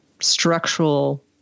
structural